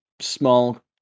small